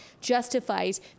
justifies